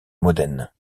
modène